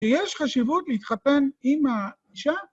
שיש חשיבות להתחתן עם האישה?